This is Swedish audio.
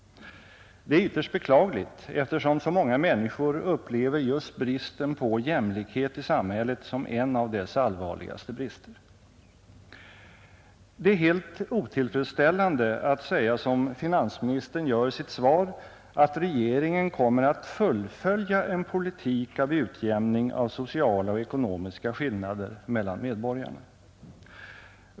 Det är ytterst beklagligt, eftersom så många människor upplever just bristen på jämlikhet i samhället som en av dess allvarligaste brister. Det är helt otillfredsställande att säga som finansministern gör i sitt svar att regeringen kommer att fullfölja en politik av utjämning av sociala och ekonomiska skillnader mellan medborgarna.